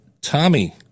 tommy